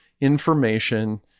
information